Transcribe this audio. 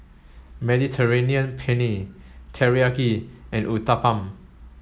Mediterranean Penne Teriyaki and Uthapam